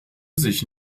sich